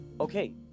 okay